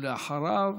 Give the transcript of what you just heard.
ואחריו,